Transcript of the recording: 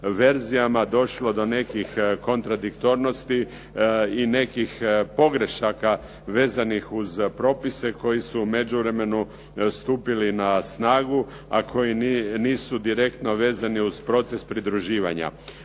verzijama došlo do nekih kontradiktornosti i nekih pogrešaka vezanih uz propise koji su u međuvremenu stupili na snagu, a koji nisu direktno vezani uz proces pridruživanja.